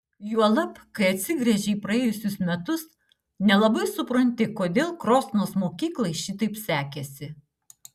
juolab kai atsigręži į praėjusius metus nelabai supranti kodėl krosnos mokyklai šitaip sekėsi